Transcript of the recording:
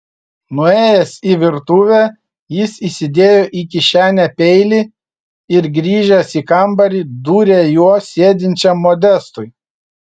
nuėjęs į virtuvę jis įsidėjo į kišenę peilį ir grįžęs į kambarį dūrė juo sėdinčiam modestui